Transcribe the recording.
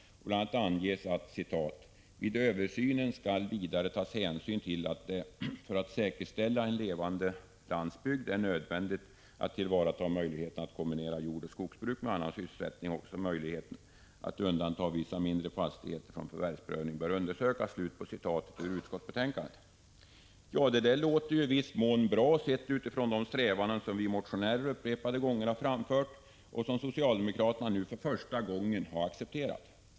Bl. a. anges: ”Vid översynen skall hänsyn vidare tas till att det för att säkerställa en levande landsbygd är nödvändigt att tillvarata möjligheten att kombinera jordoch skogsbruk med annan sysselsättning. Också möjligheten att undanta vissa mindre fastigheter från förvärvsprövning bör undersökas.” Ja, detta låter ju till viss del bra sett mot bakgrund av de strävanden som vi motionärer vid upprepade tillfällen har framfört och som socialdemokraterna nu för första gången har accepterat.